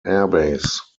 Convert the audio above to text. airbase